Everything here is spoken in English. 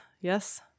Yes